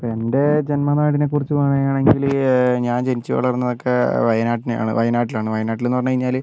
എൻ്റെ ജന്മനാടിനെ കുറിച്ച് പറയുകയാണെങ്കിൽ ഞാൻ ജനിച്ച് വളർന്നത് ഒക്കെ വയനാട്ടിനെയാണ് വയനാട്ടിൽ എന്ന് പറഞ്ഞു കഴിഞ്ഞാൽ